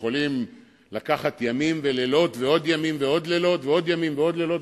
שיכולים לקחת ימים ולילות ועוד ימים ועוד לילות ועוד ימים ועוד לילות,